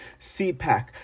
CPAC